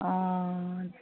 অঁ